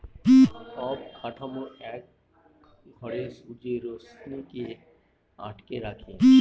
অবকাঠামো এক ঘরে সূর্যের রশ্মিকে আটকে রাখে